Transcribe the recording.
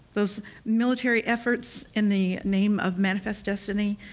those military efforts in the name of manifest destiny.